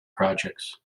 projects